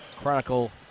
chronicle